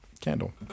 candle